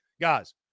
Guys